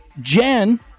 Jen